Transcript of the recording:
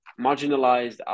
marginalized